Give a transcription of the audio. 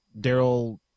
Daryl